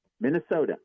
Minnesota